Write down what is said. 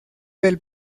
del